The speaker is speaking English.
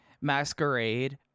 masquerade